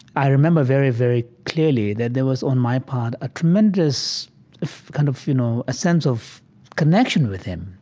i remember very, very clearly that there was on my part a tremendous kind of, you know, a sense of connection with him.